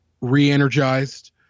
re-energized